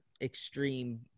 extreme